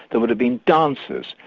there would have been dancers,